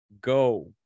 go